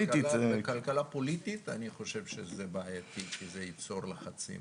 בכלכלה פוליטית אני חושב שזה בעייתי כי זה ייצר לחצים